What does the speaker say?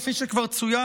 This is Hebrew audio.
כפי שכבר צוין,